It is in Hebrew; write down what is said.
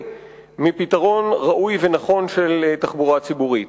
מפתרון ראוי ונכון של תחבורה ציבורית.